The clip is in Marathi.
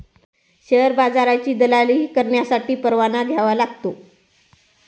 शेअर बाजाराची दलाली करण्यासाठी परवाना घ्यावा लागतो